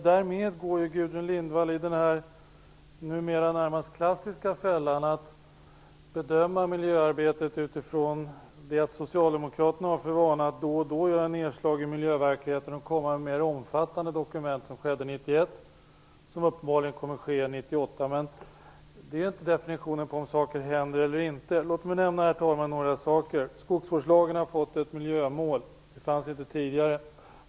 Därmed går hon i den numera närmast klassiska fällan att bedöma miljöarbetet utifrån Socialdemokraternas vana att då och då göra nedslag i miljöverkligheten, och komma med mer omfattande dokument. Det skedde 1991, och det kommer uppenbarligen att ske 1998. Men detta är inte någon definition på om saker har hänt eller inte. Herr talman! Låt mig nämna några saker som har hänt. Skogsvårdslagen har fått ett miljömål som inte fanns tidigare.